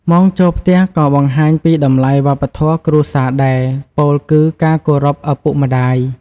ម៉ោងចូលផ្ទះក៏បង្ហាញពីតម្លៃវប្បធម៌គ្រួសារដែរ ពោលគឺ ការគោរពឪពុកម្តាយ។